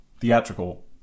theatrical